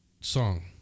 song